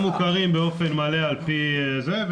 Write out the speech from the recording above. שהם לא מוכרים באופן מלא על פי זה.